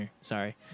Sorry